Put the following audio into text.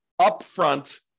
upfront